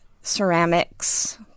ceramics